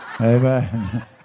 Amen